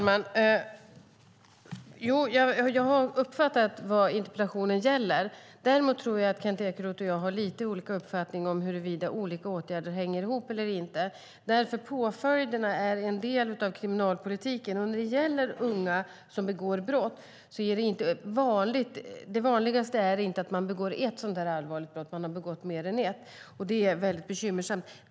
Herr talman! Jag har uppfattat vad interpellationen gäller. Däremot tror jag att Kent Ekeroth och jag har lite olika uppfattning om huruvida olika åtgärder hänger ihop eller inte. Påföljderna är en del av kriminalpolitiken. När det gäller unga som begår brott är inte det vanligaste att man begår ett allvarligt brott, utan man har begått mer än ett. Det är väldigt bekymmersamt.